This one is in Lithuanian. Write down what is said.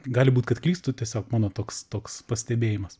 gali būt kad klystu tiesiog mano toks toks pastebėjimas